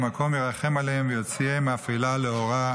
המקום ירחם עליהם ויוציאם מאפלה לאורה.